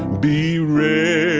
be ready